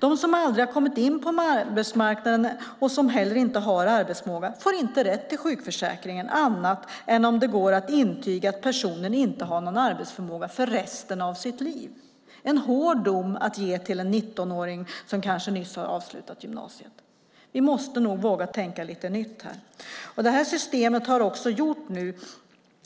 Den som aldrig har kommit in på arbetsmarknaden och som heller inte har arbetsförmåga får inte rätt till sjukförsäkring annat än om det går att intyga att personen inte har någon arbetsförmåga för resten av sitt liv - en hård dom att ge en 19-åring som kanske nyss har avslutat gymnasiet. Vi måste nog våga tänka lite nytt här. Det här systemet har också gjort